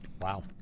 Wow